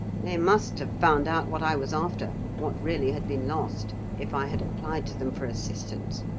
they must have found out what i was after, what really had been lost, if i had applied to them for assistance.